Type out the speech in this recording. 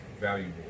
valuable